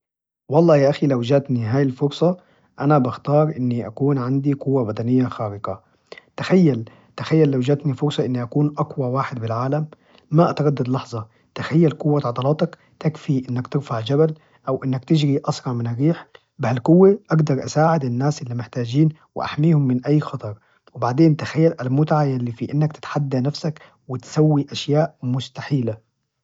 والله يا أخي، لو جاتني هاي الفرصة أنا باختار إني أكون عندي قوة بدنية خارقة، تخيل تخيل لو جاتني فرصة إني أكون أقوى واحد بالعالم! ما أتردد لحظة، تخيل قوة عضلاتك تكفي إنك ترفع جبل، أو إنك تجري أسرع من ريح، بهالقوة أقدر أساعد الناس إللي محتاجين وأحميهم من أي خطر، وبعدين تخيل المتعة إللي في إنك تتحدى نفسك وتسوي أشياء مستحيلة.